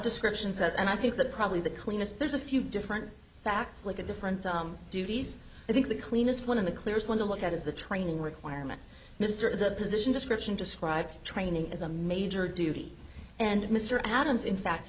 description says and i think that probably the cleanest there's a few different facts like a different duties i think the cleanest one in the clearest want to look at is the training requirement mr the position description describes training as a major duty and mr adams in fact